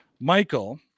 Michael